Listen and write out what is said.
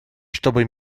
чтобы